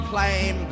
Claim